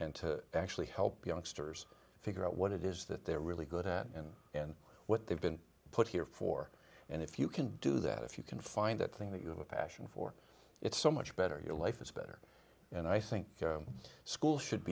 and to actually help youngsters figure out what it is that they're really good at and and what they've been put here for and if you can do that if you can find that thing that you have a passion for it so much better your life is better and i think school should